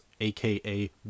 aka